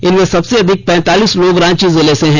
इनमें सबसे अधिक पैंतालीस लोग रांची जिले से हैं